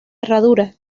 herradura